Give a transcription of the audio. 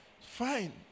Fine